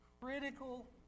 critical